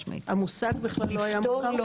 המושג בכלל לא היה מוכר.